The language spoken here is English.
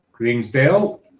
Greensdale